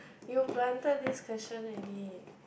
you planted this question ready